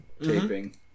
taping